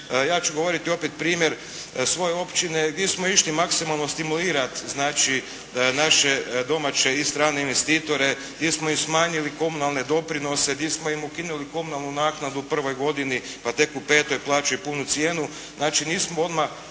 Ja ću govoriti opet primjer svoje općine gdje smo išli maksimalno stimulirati znači naše domaće i strane investitore, gdje smo im smanjili komunalne doprinose, gdje smo im ukinuli komunalnu naknadu u prvoj godini, pa tek u petoj plaćaju punu cijenu.